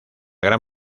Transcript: gran